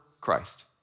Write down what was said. Christ